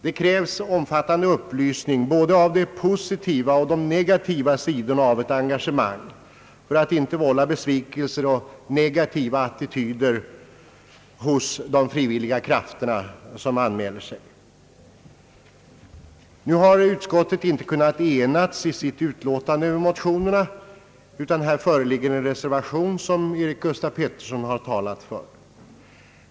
Det krävs omfattande upplysning både om de positiva och om de negativa sidorna av ett engagemang för att det inte skall vålla besvikelser och negativa attityder hos de frivilliga krafter som anmäler sig. Utskottet har inte kunnat enas i sitt utlåtande över motionerna, utan här föreligger en reservation som herr Eric Gustaf Peterson har talat för.